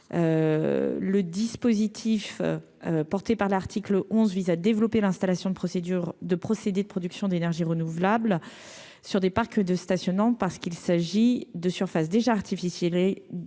le dispositif porté par l'article 11 vise à développer l'installation de procédures de procédés de production d'énergie renouvelable, sur des parcs de stationnement, parce qu'il s'agit de surfaces déjà artificiel